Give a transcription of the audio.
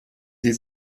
sie